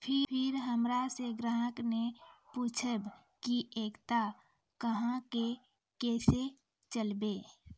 फिर हमारा से ग्राहक ने पुछेब की एकता अहाँ के केसे चलबै?